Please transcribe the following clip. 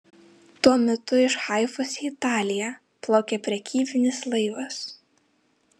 tuo metu iš haifos į italiją plaukė prekybinis laivas